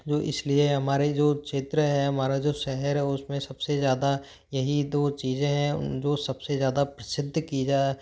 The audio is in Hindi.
जो इस लिए हमारा जो क्षेत्र हैं हमारा जो शहर है उस में सब से ज़्यादा यही दो चीज़ें हैं उन जो सब से ज़्यादा प्रसिद्ध की जा